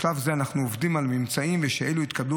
בשלב זה אנחנו עובדים על ממצאים וכשאלו יתקבלו